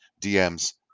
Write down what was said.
DMs